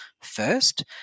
first